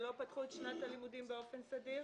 שלא פתחו את שנת הלימודים באופן סדיר.